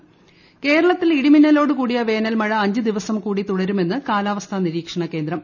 മു കേരളം കേരളത്തിൽ ഇടിമിന്നലോടുകൂടിയ വേനൽമഴ അഞ്ച് ദിവസം കൂടി തുടരുമെന്ന് കാലാവസ്ക്കാ നിരീക്ഷണ കേന്ദ്രം